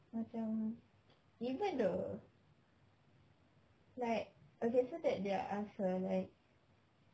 macam even the like okay so that day I ask her like